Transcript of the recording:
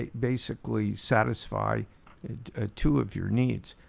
ah basically satisfy two of your needs.